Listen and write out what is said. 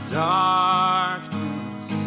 darkness